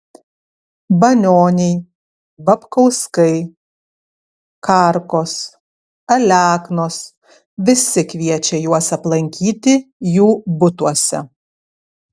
banioniai babkauskai karkos aleknos visi kviečia juos aplankyti jų butuose